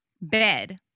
bed